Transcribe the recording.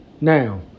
Now